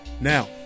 now